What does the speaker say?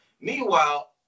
Meanwhile